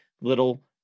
little